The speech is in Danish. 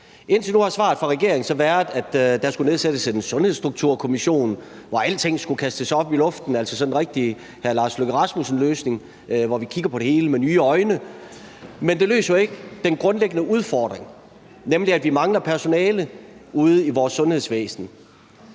Indtil nu har svaret fra regeringen så været, at der skulle nedsættes en Sundhedsstrukturkommission, hvor alting skulle kastes op i luften – altså sådan en rigtig hr. Lars Løkke Rasmussen-løsning, hvor vi kigger på det hele med nye øjne – men det løser jo ikke den grundlæggende udfordring, nemlig at vi mangler personale ude i vores sundhedsvæsen.